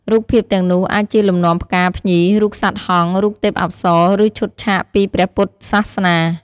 រូបភាពទាំងនោះអាចជាលំនាំផ្កា ភ្ញី រូបសត្វហង្ស រូបទេពអប្សរ ឬឈុតឆាកពីព្រះពុទ្ធសាសនា។